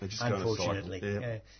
Unfortunately